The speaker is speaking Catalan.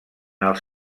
els